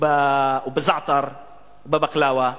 בזעתר ובבקלאווה,